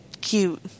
Cute